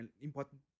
important